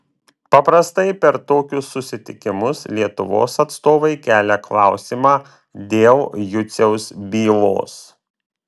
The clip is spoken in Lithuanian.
paprastai per tokius susitikimus lietuvos atstovai kelia klausimą dėl juciaus bylos